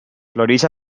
floreix